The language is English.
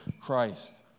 Christ